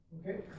Okay